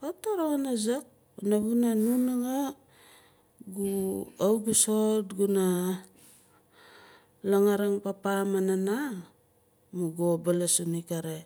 Kawit na roxin azaak panavuna nu nanga kawit gu soxot guna langaaring papa maan mama maah gu baalas uning kare